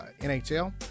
NHL